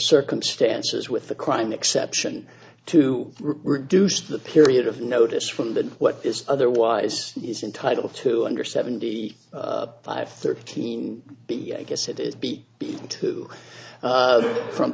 circumstances with the crime exception to reduce the period of notice from the what is otherwise he's entitled to under seventy five thirteen b i guess it is b b two from